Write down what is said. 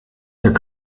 their